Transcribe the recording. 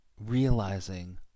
realizing